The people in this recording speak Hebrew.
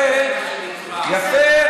יפה,